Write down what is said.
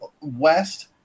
west